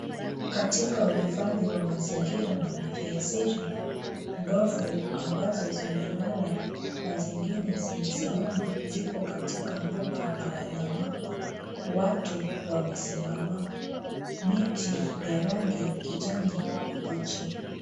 Katika uhifadhi wa mazingira na mali asili ndovu ambazo zimelala na zingine zimesimama ziko katika mbuga la wanyama. Watu wamesimama .Miti ya rangi kijani kibichi.